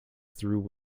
through